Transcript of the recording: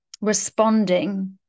responding